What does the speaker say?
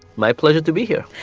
my pleasure to be here.